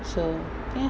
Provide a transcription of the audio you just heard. so ya